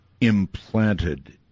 implanted